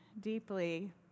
deeply